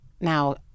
Now